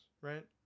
right